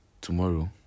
tomorrow